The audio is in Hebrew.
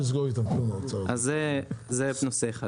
זה נושא אחד.